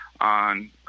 on